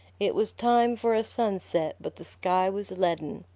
it was time for a sunset, but the sky was leaden.